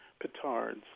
petards